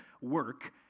work